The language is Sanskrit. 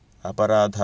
अपराधः